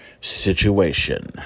situation